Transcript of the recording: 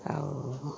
ଆଉ